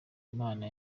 imana